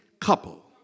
couple